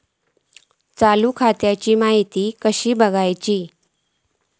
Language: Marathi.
चालू खात्याची माहिती कसा बगायचा?